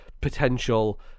potential